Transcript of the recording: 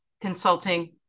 consulting